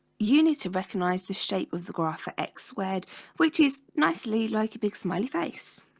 you need to recognize the shape of the graph of x squared which is nicely like a big smiley face